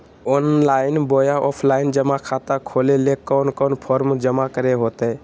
Online बोया offline जमा खाता खोले ले कोन कोन फॉर्म जमा करे होते?